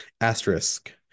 asterisk